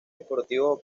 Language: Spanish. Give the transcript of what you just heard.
deportivos